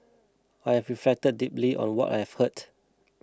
I have reflected deeply on what I heard